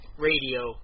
Radio